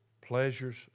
pleasures